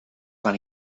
van